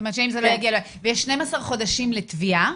ויש 12 חודשים לתביעה.